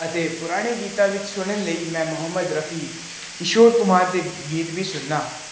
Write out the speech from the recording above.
ਅਤੇ ਪੁਰਾਣੇ ਗੀਤਾਂ ਵਿੱਚ ਸੁਣਨ ਲਈ ਮੈਂ ਮੁਹੰਮਦ ਰਫੀ ਕਿਸ਼ੋਰ ਕੁਮਾਰ ਦੇ ਵਿੱਚ ਗੀਤ ਵੀ ਸੁਣਦਾ